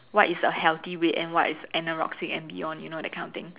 what is a healthy weight and what is anorexic and beyond you know that kind of thing